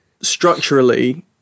structurally